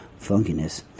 funkiness